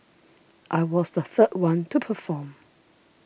I was the third one to perform